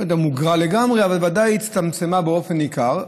לא מוגרה לגמרי, אבל בוודאי הצטמצמה באופן ניכר.